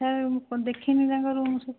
sir ମୁଁ ଦେଖିନି ତାଙ୍କ ରୁମ୍ ସବୁ